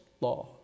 law